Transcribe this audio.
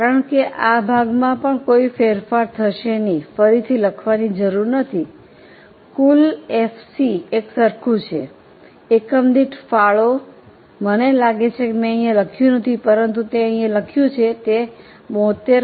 કારણ કે આ ભાગમાં પણ કોઈ ફેરફાર થશે નહીં ફરીથી લખવાની જરૂર નથી કુલ એફસી એક સરખું છે એકમ દીઠ ફાળો મને લાગે છે કે મેં અહીં લખ્યું નથી પરંતુ તે અહીં લખ્યું છે તે 72